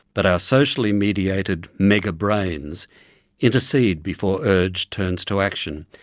but our socially mediated mega-brains intercede before urge turns to action,